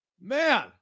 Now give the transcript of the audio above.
man